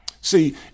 See